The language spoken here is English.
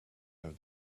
have